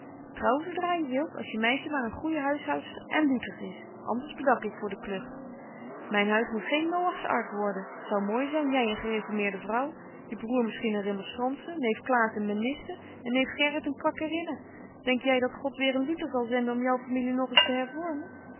trouw zo dra je wilt als je meisje maar een goeje huishoudster en luters is anders bedank ik voor de klugt myn huis moet geen noachs ark worden t zou mooi zyn jy een gereformeerde vrouw je broêr misschien een remonstrantsche neef klaas een menniste en neef gerrit een kwakerinne denk jy dat god weêr een luter zal zenden om jou familie nog eens te